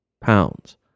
pounds